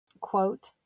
Quote